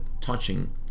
touching